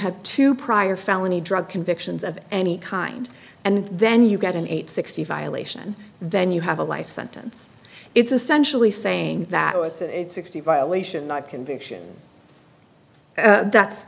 have two prior felony drug convictions of any kind and then you get an eight sixty violation then you have a life sentence it's essentially saying that with sixty violation not conviction that's